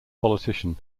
politician